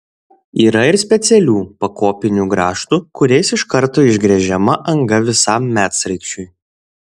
yra ir specialių pakopinių grąžtų kuriais iš karto išgręžiama anga visam medsraigčiui